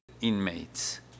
inmates